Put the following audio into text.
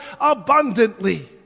abundantly